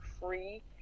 free